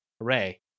hooray